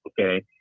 okay